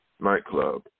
nightclub